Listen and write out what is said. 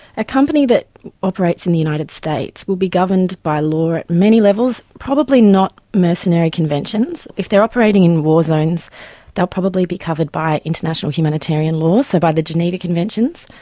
a company that operates in the united states will be governed by law at many levels. probably not mercenary conventions if they're operating in war zones they'll probably be covered by international humanitarian law, so by the geneva conventions.